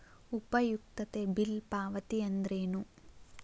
ಉಪಯುಕ್ತತೆ ಬಿಲ್ ಪಾವತಿ ಅಂದ್ರೇನು?